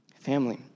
Family